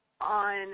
on